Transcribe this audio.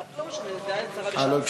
בסדר גמור.